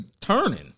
turning